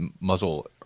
muzzle